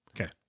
Okay